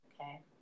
okay